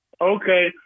Okay